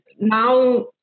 now